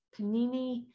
panini